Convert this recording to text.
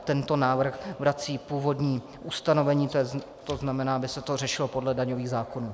Tento návrh vrací původní ustanovení, to znamená, že by se to řešilo podle daňových zákonů.